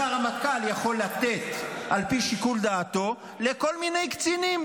שהרמטכ"ל יכול לתת על פי שיקול דעתו לכל מיני קצינים,